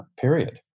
period